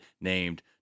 named